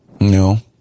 No